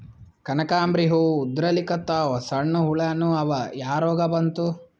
ಕನಕಾಂಬ್ರಿ ಹೂ ಉದ್ರಲಿಕತ್ತಾವ, ಸಣ್ಣ ಹುಳಾನೂ ಅವಾ, ಯಾ ರೋಗಾ ಬಂತು?